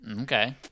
okay